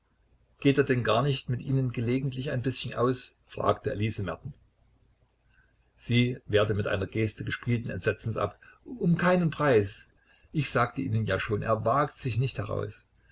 geht er denn gar nicht mit ihnen gelegentlich ein bißchen aus fragte elise merten sie wehrte mit einer geste gespielten entsetzens ab um keinen preis ich sagte ihnen ja schon er wagt sich nicht heraus